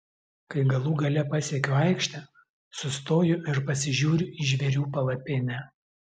kai galų gale pasiekiu aikštę sustoju ir pasižiūriu į žvėrių palapinę